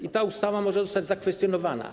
I ta ustawa może zostać zakwestionowana.